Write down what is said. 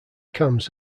cams